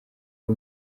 ari